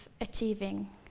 achieving